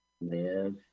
Live